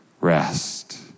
rest